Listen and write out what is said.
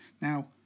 Now